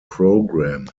program